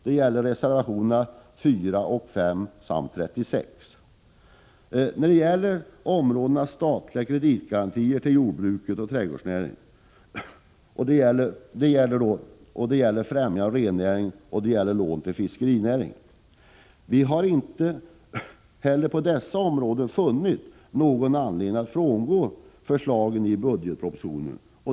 Det gäller reservationerna 4, 5 och 36, avseende statliga kreditgarantier till jordbruket och trädgårdsnäringen, främjande av rennäringen och lån till fiskerinäringen. Vi har emellertid inte på dessa punkter funnit någon anledning att frångå förslaget i budgetpropositionen.